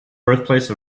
birthplace